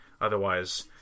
Otherwise